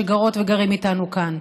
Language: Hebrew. שגרות וגרים איתנו כאן.